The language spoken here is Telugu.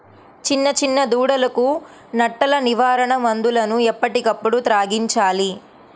చిన్న చిన్న దూడలకు నట్టల నివారణ మందులను ఎప్పటికప్పుడు త్రాగించాలి